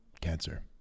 cancer